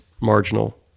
marginal